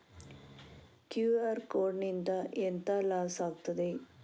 QR code ನಿಂದ ಎಂತ loss ಆಗ್ತದೆ?